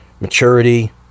maturity